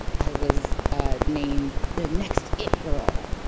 i was named the next it girl,